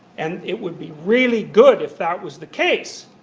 and it would be really good if that was the case.